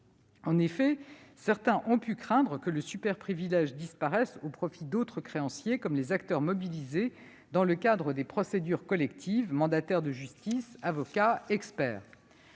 En effet, certains ont pu craindre que le superprivilège disparaisse au profit d'autres créanciers, comme les acteurs mobilisés dans le cadre des procédures collectives : mandataires de justice, avocats, experts.